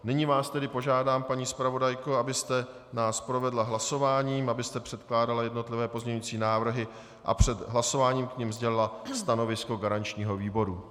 Nyní vás požádám, paní zpravodajko, abyste nás provedla hlasováním, abyste předkládala jednotlivé pozměňovací návrhy a před hlasováním k nim sdělila stanovisko garančního výboru.